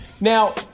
Now